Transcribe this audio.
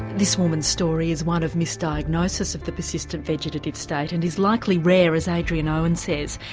this woman's story is one of misdiagnosis of the persistent vegetative state and is likely rare, as adrian owen says,